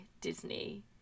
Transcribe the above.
Disney